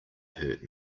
hurt